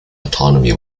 autonomy